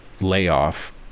layoff